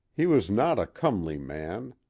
he was not a comely man.